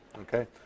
okay